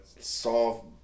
soft